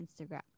Instagram